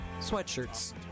sweatshirts